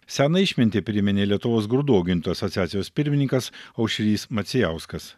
seną išmintį priminė lietuvos grūdų augintojų asociacijos pirmininkas aušrys macijauskas